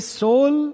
soul